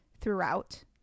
throughout